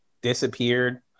disappeared